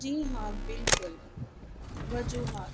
جی ہاں بالکل وجوہات